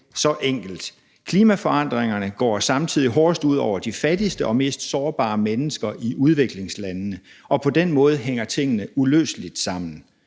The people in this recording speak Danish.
så enkelt. Klimaforandringerne går samtidig hårdest ud over de fattigste og mest sårbare mennesker i udviklingslandene, og på den måde hænger tingene uløseligt sammen.